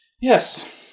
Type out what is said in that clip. Yes